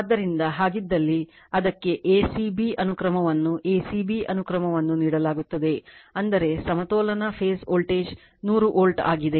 ಆದ್ದರಿಂದ ಹಾಗಿದ್ದಲ್ಲಿ ಅದಕ್ಕೆ a c b ಅನುಕ್ರಮವನ್ನು a c b ಅನುಕ್ರಮವನ್ನು ನೀಡಲಾಗುತ್ತದೆ ಅಂದರೆ ಸಮತೋಲನ ಫೇಸ್ ವೋಲ್ಟೇಜ್ 100 ವೋಲ್ಟ್ ಆಗಿದೆ